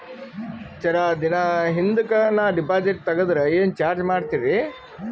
ಜರ ದಿನ ಹಿಂದಕ ನಾ ಡಿಪಾಜಿಟ್ ತಗದ್ರ ಏನ ಚಾರ್ಜ ಮಾಡ್ತೀರಿ?